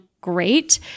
great